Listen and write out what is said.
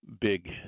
big